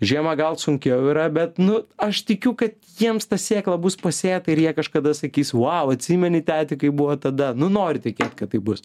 žiemą gal sunkiau yra bet nu aš tikiu kad jiems ta sėkla bus pasėta ir jie kažkada sakys vau atsimeni teti kai buvo tada nu noriu tikėt kad taip bus